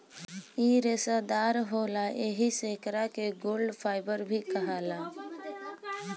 इ रेसादार होला एही से एकरा के गोल्ड फाइबर भी कहाला